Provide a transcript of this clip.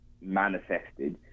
manifested